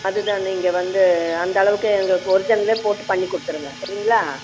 அதுதான் நீங்கள் வந்து அந்தளவுக்கு எங்களுக்கு ஒர்ஜினலே போட்டு பண்ணிக்கொடுத்துருங்க சரிங்களா